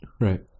Right